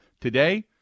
Today